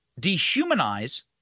dehumanize